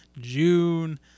June